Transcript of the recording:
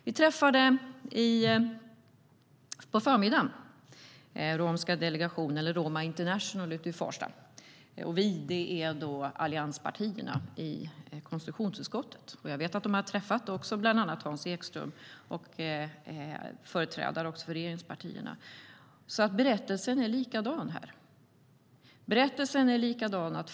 Vi träffade på förmiddagen en delegation från Roma International ute i Farsta, vi i allianspartierna i konstitutionsutskottet. Jag vet att de också har träffat bland annat Hans Ekström och företrädare för regeringspartierna. Berättelsen är likadan här.